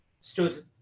stood